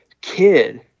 Kid